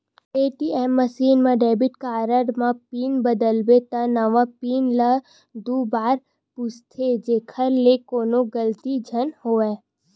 ATM machine म debit card म PIN बदलबे त नवा पिन ल दू बार पूछथे जेखर ले कोनो गलती झन होवय